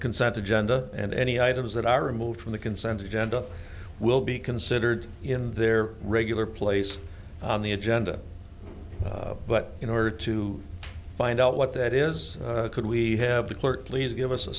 consent agenda and any items that are removed from the consent agenda will be considered in their regular place on the agenda but in order to find out what that is could we have the clerk please give us a